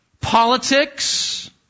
Politics